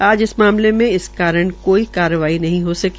आज इस मामले में इस कारण कोई कारवाई नहीं हो सकी